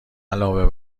علاوه